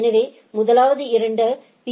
எனவே முதலாவது இரண்டு பி